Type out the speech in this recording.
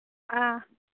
ꯑꯥ